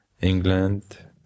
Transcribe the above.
England